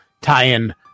tie-in